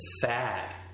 sad